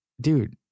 dude